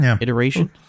iteration